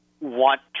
want